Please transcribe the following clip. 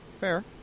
fair